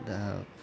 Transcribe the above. दा